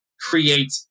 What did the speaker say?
create